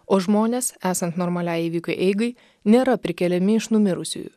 o žmonės esant normaliai įvykių eigai nėra prikeliami iš numirusiųjų